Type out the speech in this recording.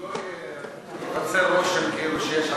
שלא ייווצר רושם כאילו שיש אפליה,